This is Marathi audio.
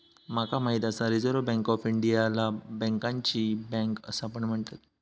माका माहित आसा रिझर्व्ह बँक ऑफ इंडियाला बँकांची बँक असा पण म्हणतत